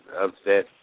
upset